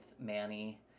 Manny